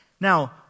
Now